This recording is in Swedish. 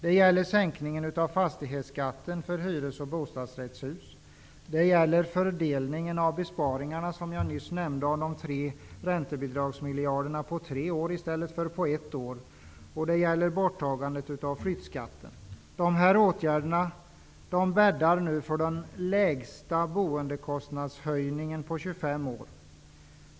Det gäller sänkningen av fastighetsskatten för hyres och bostadsrättshus, fördelningen av besparingen av de tre räntebidragsmiljarderna på tre år i stället för på ett år och borttagandet av flyttskatten. Dessa åtgärder bäddar för den lägsta boendekostnadshöjningen på 25 år.